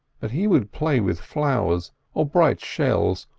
but he would play with flowers or bright shells,